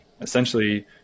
essentially